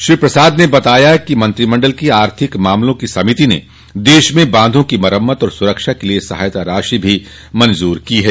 श्री प्रसाद ने बताया कि मंत्रिमंडल की आर्थिक मामलों की समिति ने देश में बांधों की मरम्मत और सुरक्षा के लिए सहायता राशि भी मंजूर की है